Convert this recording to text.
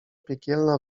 piekielna